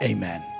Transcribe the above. Amen